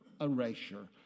erasure